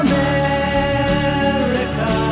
America